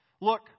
Look